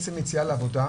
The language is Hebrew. עצם היציאה לעבודה,